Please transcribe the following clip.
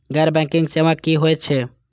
गैर बैंकिंग सेवा की होय छेय?